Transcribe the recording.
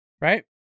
right